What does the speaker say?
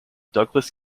douglas